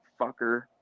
fucker